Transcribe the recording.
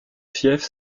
fiefs